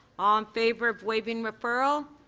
um favor of waiving referral.